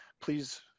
please